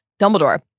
Dumbledore